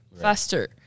faster